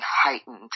heightened